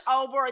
over